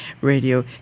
radio